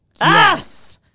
Yes